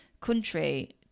country